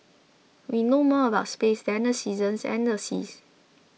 we know more about space than the seasons and the seas